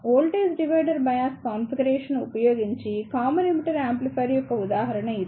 voltage divider bias configuration ఉపయోగించి common emitter amplifier యొక్క ఉదాహరణ ఇది